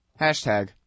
Hashtag